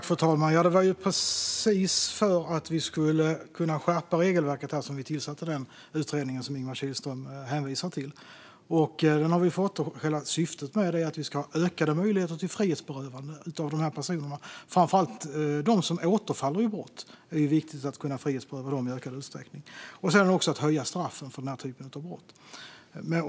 Fru talman! Det var precis för att vi skulle kunna skärpa regelverket som vi tillsatte den utredning som Ingemar Kihlström hänvisar till. Vi har fått den, och hela syftet är att vi ska få ökade möjligheter till frihetsberövande av dessa personer. Framför allt är det viktigt att i ökad utsträckning kunna frihetsberöva dem som återfaller i brott, liksom att höja straffen för denna typ av brott.